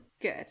Good